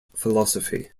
philosophy